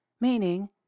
Meaning